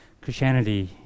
Christianity